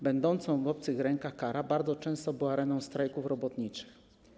Będąca w obcych rękach „Kara” bardzo często była areną strajków robotniczych.